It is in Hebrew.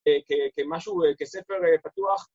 ‫כמשהו, כספר פתוח.